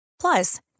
Plus